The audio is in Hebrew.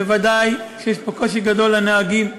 ודאי שיש פה קושי גדול לנהגים.